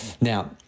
Now